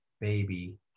baby